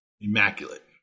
immaculate